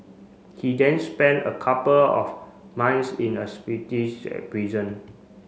he then spent a couple of months in a prison